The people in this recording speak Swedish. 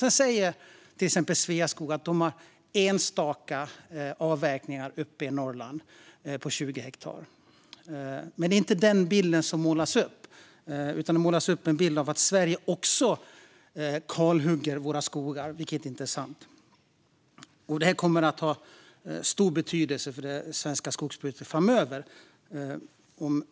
Sedan säger till exempel Sveaskog att de har enstaka avverkningar uppe i Norrland på 20 hektar. Men det är inte den bilden som målas upp. Det målas upp en bild av att vi i Sverige också kalhugger våra skogar, vilket inte är sant. Vilka tolkningar som går igenom kommer att få stor betydelse för det svenska skogsbruket framöver.